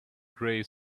gray